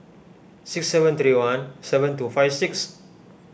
six seven three one seven two five six